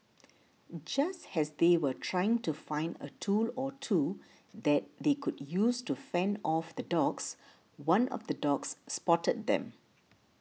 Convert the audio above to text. just as they were trying to find a tool or two that they could use to fend off the dogs one of the dogs spotted them